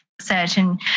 certain